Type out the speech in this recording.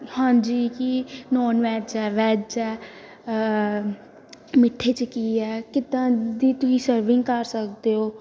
ਹਾਂਜੀ ਕਿ non veg ਹੈ ਵੈੱਜ ਹੈ ਮਿੱਠੇ 'ਚ ਕੀ ਹੈ ਕਿੱਦਾਂ ਦੀ ਤੁਸੀਂ ਸਰਵਿੰਗ ਕਰ ਸਕਦੇ ਹੋ